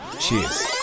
Cheers